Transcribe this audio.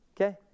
Okay